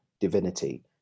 divinity